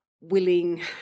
willing